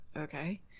okay